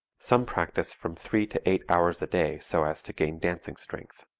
some practice from three to eight hours a day so as to gain dancing strength.